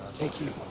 thank you.